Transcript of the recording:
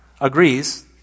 agrees